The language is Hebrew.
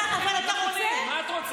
אבל את אומרת דברים לא נכונים, מה את רוצה?